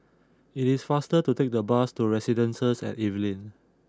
it is faster to take the bus to Residences at Evelyn